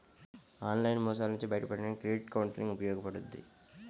online మోసాల నుంచి బయటపడడానికి క్రెడిట్ కౌన్సిలింగ్ ఉపయోగపడుద్ది